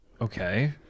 Okay